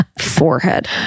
forehead